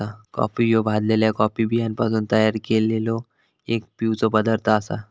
coffee ह्यो भाजलल्या coffee बियांपासून तयार केललो एक पिवचो पदार्थ आसा